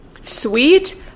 sweet